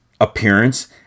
appearance